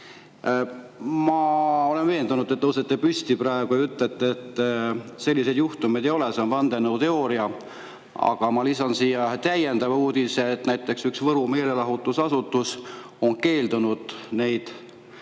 Ma olen veendunud, et te tõusete püsti praegu ja ütlete, et selliseid juhtumeid ei ole, see on vandenõuteooria. Aga ma lisan siia ühe täiendava uudise. Näiteks üks Võru meelelahutusasutus on keeldunud neid